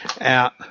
out